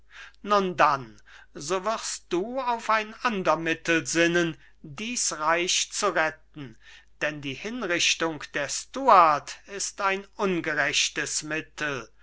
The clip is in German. nun dann so wirst du auf ein ander mittel sinnen dies reich zu retten denn die hinrichtung der stuart ist ein ungerechtes mittel